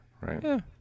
right